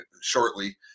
shortly